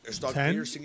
Ten